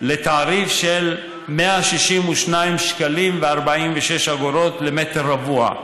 לתעריף של 162.46 שקלים למטר רבוע,